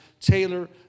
Taylor